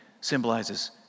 symbolizes